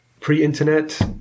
pre-internet